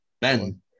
Ben